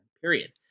period